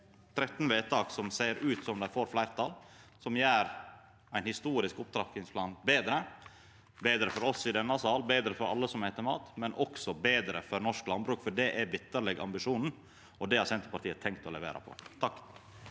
13 vedtak som ser ut til å få fleirtal, og som gjer ein historisk opptrappingsplan betre – betre for oss i denne salen, betre for alle som et mat, men også betre for norsk landbruk, for det er sjølvsagt ambisjonen, og det har Senterpartiet tenkt å levera på. Jenny